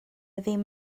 ddim